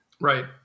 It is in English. Right